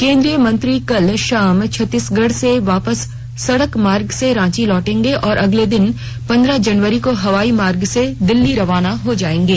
केन्द्रीय मंत्री कल शाम छत्तीसगढ से वापस सड़क मार्ग से रांची लौटेंगे और अगले दिन पन्द्रह जनवरी को हवाई मार्ग से दिल्ली रवाना हो जाएंगे